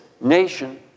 nation